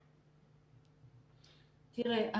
תראה,